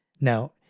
Now